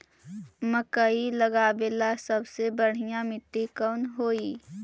मकई लगावेला सबसे बढ़िया मिट्टी कौन हैइ?